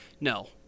No